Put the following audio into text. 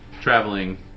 traveling